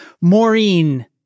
Maureen